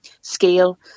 scale